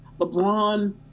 LeBron